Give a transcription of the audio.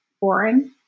boring